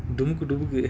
don't do it